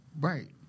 Right